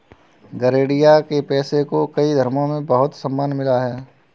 गरेड़िया के पेशे को कई धर्मों में बहुत सम्मान मिला है